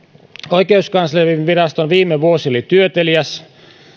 oikeuskanslerinviraston viime vuosi oli työteliäs